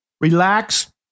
relax